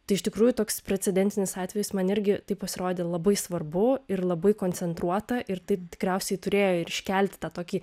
tai iš tikrųjų toks precedentinis atvejis man irgi tai pasirodė labai svarbu ir labai koncentruota ir tai tikriausiai turėjo ir iškelti tą tokį